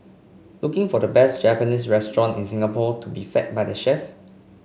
looking for the best Japanese restaurant in Singapore to be fed by the chef